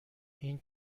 این